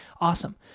awesome